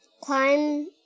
Climb